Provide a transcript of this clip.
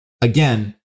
again